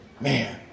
Man